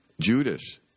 Judas